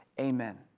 amen